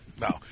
No